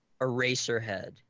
eraserhead